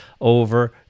Over